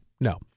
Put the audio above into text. No